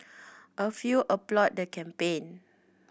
a few applauded the campaign